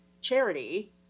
charity